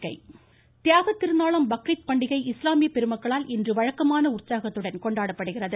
பக்ரீத் தியாகத் திருநாளாம் பக்ரீத் பண்டிகை இஸ்லாமிய பெருமக்களால் இன்று வழக்கமான உற்சாகத்துடன் கொண்டாடப்படுகிறது